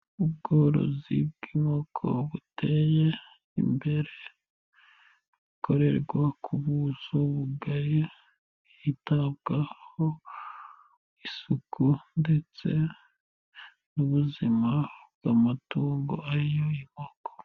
Ubworozi bw'inkoko buteye imbere, bukorerwa ku buso bugari, hitabwaho isuku ndetse n'ubuzima bw'amatungo, ari yo inkoko.